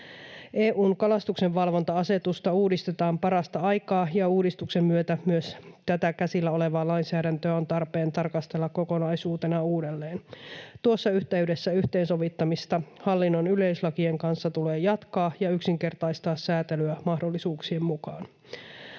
EU:n kalastuksenvalvonta-asetusta uudistetaan parasta aikaa, ja uudistuksen myötä myös tätä käsillä olevaa lainsäädäntöä on tarpeen tarkastella kokonaisuutena uudelleen. Tuossa yhteydessä yhteensovittamista hallinnon yleislakien kanssa tulee jatkaa ja yksinkertaistaa säätelyä mahdollisuuksien mukaan.